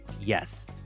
yes